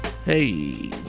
Hey